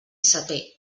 seté